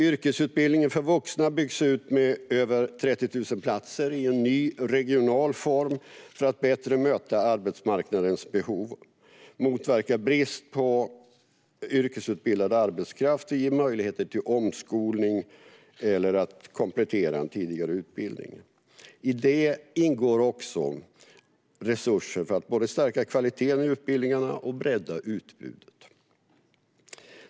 Yrkesutbildningen för vuxna byggs ut med över 30 000 platser i en ny regional form för att bättre möta arbetsmarknadens behov, motverka brist på yrkesutbildad arbetskraft och ge möjligheter till omskolning eller till att komplettera en tidigare utbildning. I det ingår också resurser för att både stärka kvaliteten i utbildningarna och bredda utbudet.